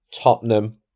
Tottenham